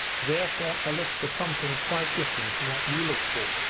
therefore i look for something quite different from what you look for